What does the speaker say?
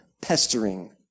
pestering